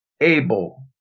able